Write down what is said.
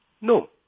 No